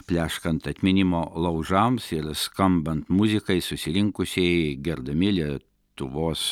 pleškant atminimo laužams ir skambant muzikai susirinkusieji gerdami lie tuvos